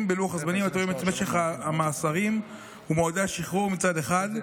בלוח הזמנים התואם את משך המאסרים ומועדי השחרור מצד אחד,